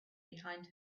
behind